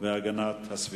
אין, ונמנעים, אין.